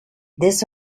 this